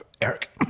Eric